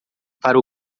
para